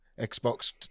Xbox